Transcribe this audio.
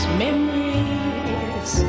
memories